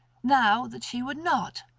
now that she would not,